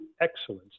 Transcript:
excellence